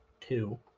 two